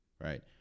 right